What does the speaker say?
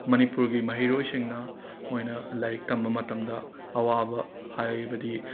ꯃꯅꯤꯄꯨꯔꯒꯤ ꯃꯍꯩꯔꯣꯏꯁꯤꯡꯅ ꯃꯣꯏꯅ ꯂꯥꯏꯔꯤꯛ ꯇꯝꯕ ꯃꯇꯝꯗ ꯑꯋꯥꯕ ꯍꯥꯏꯕꯗꯤ